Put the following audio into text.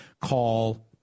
Call